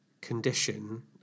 condition